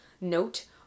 note